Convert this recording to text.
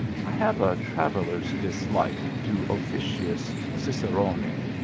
i have a traveller s dislike to officious ciceroni,